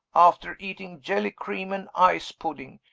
after eating jelly, cream, and ice-pudding,